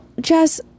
Jess